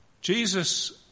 Jesus